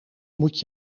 moet